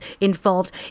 involved